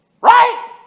Right